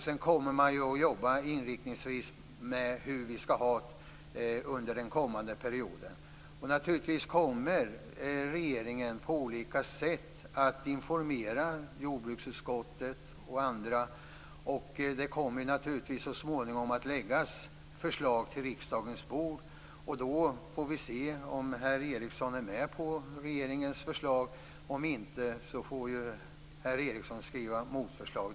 Sedan kommer man att jobba med hur arbetet skall ske under den kommande perioden. Regeringen kommer att på olika sätt att informera jordbruksutskottet och andra. Så småningom kommer förslag att läggas på riksdagens bord. Då får vi se om herr Eriksson är med på regeringens förslag, om inte får herr Eriksson skriva motförslag.